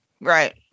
Right